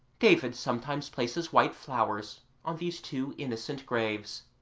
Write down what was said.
david sometimes places white flowers on these two innocent graves.